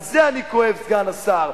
על זה אני כואב, סגן השר.